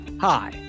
hi